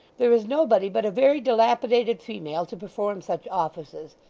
there is nobody but a very dilapidated female to perform such offices.